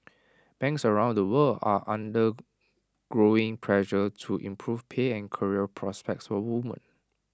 banks around the world are under growing pressure to improve pay and career prospects for women